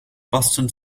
boston